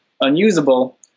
unusable